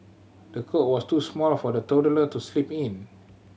the cot was too small for the toddler to sleep in